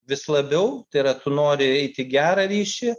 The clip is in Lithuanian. vis labiau tai yra tu nori eit į gerą ryšį